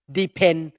depend